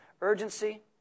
urgency